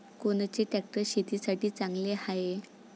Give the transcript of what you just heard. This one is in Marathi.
कोनचे ट्रॅक्टर शेतीसाठी चांगले हाये?